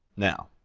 now,